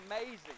amazing